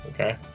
okay